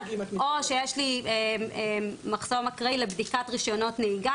או שיש לי מחסום אקראי לבדיקת רישיונות נהיגה,